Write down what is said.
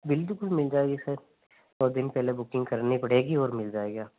बिल्कुल मिल जाएगी सर दो दिन पहले बुकिंग करनी पड़ेगी और मिल जाएगा